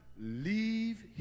leave